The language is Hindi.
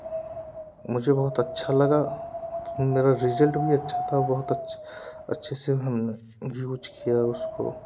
मुझे बहुत अच्छा लगा मेरा रिजल्ट भी अच्छा था बहुत अच्छा अच्छे से हमने यूज़ किया उसको